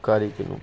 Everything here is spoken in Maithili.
कार्य केलहुँ